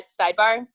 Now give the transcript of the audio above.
Sidebar